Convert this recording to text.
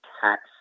tax